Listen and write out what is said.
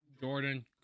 Jordan